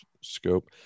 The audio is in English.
scope